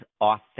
authentic